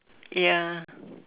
ya